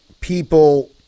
people